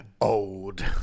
Old